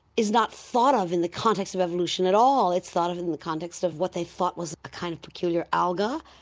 is not thought of in the context of evolution at all, it's thought of in the context of what they thought was a kind of peculiar alga.